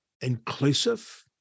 inclusive